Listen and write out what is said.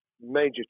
major